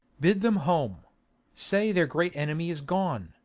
bid them home say their great enemy is gone,